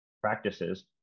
practices